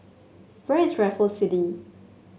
where is Raffles City